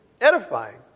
Edifying